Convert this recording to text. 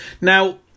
Now